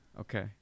Okay